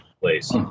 place